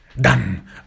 done